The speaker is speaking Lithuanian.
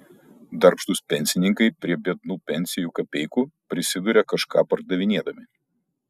darbštūs pensininkai prie biednų pensijų kapeikų prisiduria kažką pardavinėdami